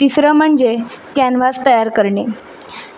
तिसरं म्हणजे कॅनवास तयार करणे